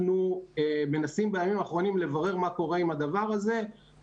אנחנו מנסים בימים האחרונים לברר מה קורה עם הדבר הזה.